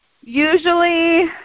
usually